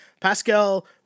Pascal